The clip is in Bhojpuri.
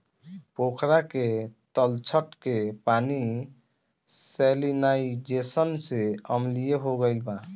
पोखरा के तलछट के पानी सैलिनाइज़ेशन से अम्लीय हो गईल बा